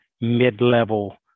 mid-level